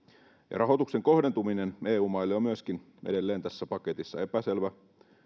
rahoituksen kohdentuminen eu maille on myöskin edelleen tässä paketissa epäselvä